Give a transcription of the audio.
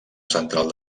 central